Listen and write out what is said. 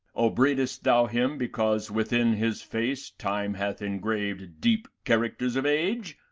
obraidst thou him, because within his face time hath ingraved deep characters of age?